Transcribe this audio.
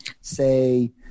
say